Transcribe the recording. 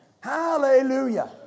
Hallelujah